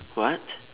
what